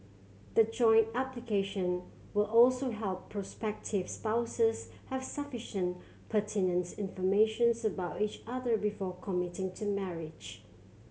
the joint application will also help prospective spouses have sufficient pertinent informations about each other before committing to marriage